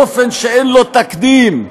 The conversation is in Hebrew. באופן שאין לו תקדים,